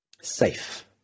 safe